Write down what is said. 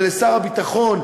ולשר הביטחון,